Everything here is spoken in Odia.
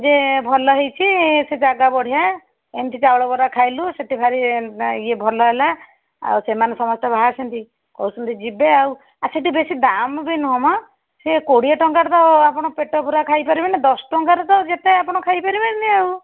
ଯେ ଭଲ ହେଇଛି ସେ ଜାଗା ବଢ଼ିଆ ଏମିତି ଚାଉଳବରା ଖାଇଲୁ ସେଇଠି ଭାରି ଇଏ ଭଲ ହେଲା ଆଉ ସେମାନେ ସମସ୍ତେ ବାହାରିଛନ୍ତି କହୁଛନ୍ତି ଯିବେ ଆଉ ଆଉ ସେଇଠି ବେଶୀ ଦାମ୍ ବି ନୁହଁ ମ ସେ କୋଡ଼ିଏ ଟଙ୍କାରେ ତ ଆପଣ ପେଟପୁରା ଖାଇପାରିବେନି ଦଶଟଙ୍କାରେ ତ ଯେତେ ଆପଣ ଖାଇ ପାରିବେନି ଆଉ